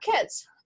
kids